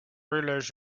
realize